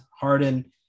Harden